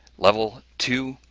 level two,